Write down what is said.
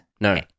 No